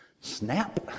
Snap